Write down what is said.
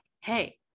Hey